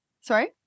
sorry